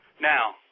Now